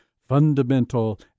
fundamental